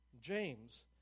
James